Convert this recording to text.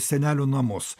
senelių namus